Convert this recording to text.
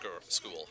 School